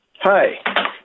Hi